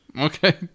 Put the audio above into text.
okay